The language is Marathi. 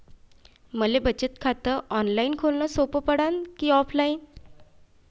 मले बचत खात ऑनलाईन खोलन सोपं पडन की ऑफलाईन?